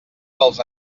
dels